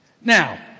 Now